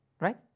right